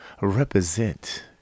Represent